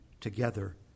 together